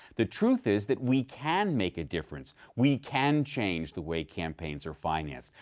the truth is that we can make a difference. we can change the way campaigns are financed.